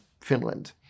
Finland